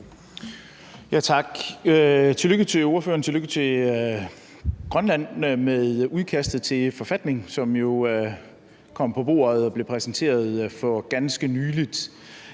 Tak. Tillykke til ordføreren, og tillykke til Grønland med udkastet til en forfatning, som jo kom på bordet og blev præsenteret for ganske nylig.